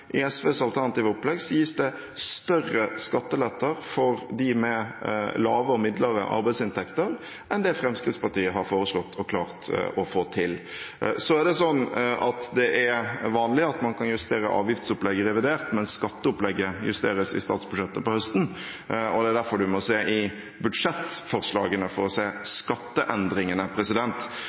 i SVs alternative opplegg gis det større skattelette for dem med lave og midlere arbeidsinntekter, enn det Fremskrittspartiet har foreslått og klart å få til. Så er det vanlig at man kan justere avgiftsopplegget i revidert nasjonalbudsjett, men skatteopplegget justeres i statsbudsjettet på høsten. Det er derfor representanten må se i budsjettforslagene for å se skatteendringene.